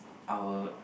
our